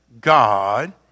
God